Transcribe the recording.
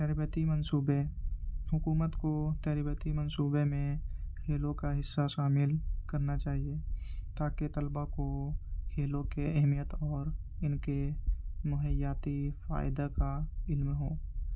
تربیتی منصوبے حکومت کو تربیتی منصوبے میں کھیلوں کا حصہ شامل کرنا چاہیے تاکہ طلبا کو کھیلوں کے اہمیت اور ان کے مہیاتی فائدہ کا علم ہو